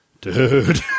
Dude